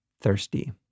thirsty